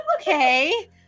okay